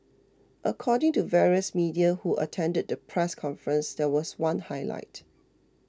according to various media who attended the press conference there was one highlight